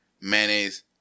mayonnaise